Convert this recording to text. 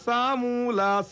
Samula